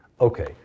okay